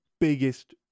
biggest